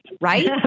Right